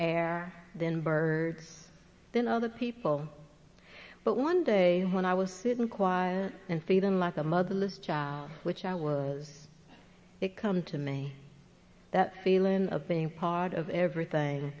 air then birds then other people but one day when i was sitting quiet and see them like a motherless child which i was it come to me that feeling of being part of everything